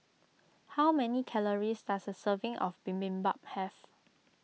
how many calories does a serving of Bibimbap have